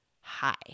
hi